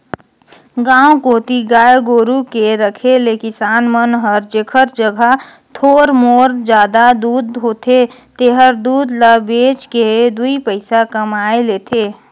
गांव कोती गाय गोरु के रखे ले किसान मन हर जेखर जघा थोर मोर जादा दूद होथे तेहर दूद ल बेच के दुइ पइसा कमाए लेथे